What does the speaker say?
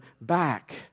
back